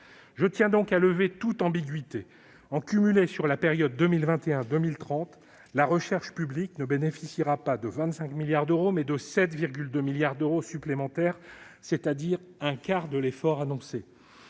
Je tiens donc à lever toute ambiguïté : en cumulé sur la période 2021-2030, la recherche publique ne bénéficiera pas de 25 milliards d'euros, mais de 7,2 milliards d'euros supplémentaires, c'est-à-dire un quart de l'effort annoncé